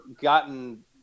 gotten